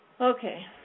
Okay